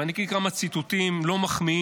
ואני אקריא כמה ציטוטים לא מחמיאים,